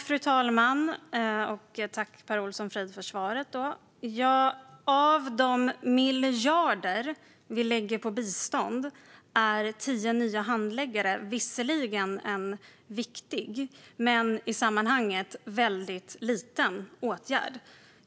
Fru talman! Tack, Per Olsson Fridh, för svaret! Av de miljarder som vi lägger på bistånd är tio nya handläggare visserligen en viktig men i sammanhanget väldigt liten åtgärd.